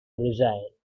resigned